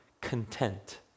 content